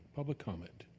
public comment.